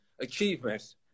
achievements